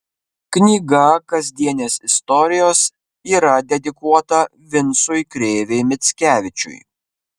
knyga kasdienės istorijos yra dedikuota vincui krėvei mickevičiui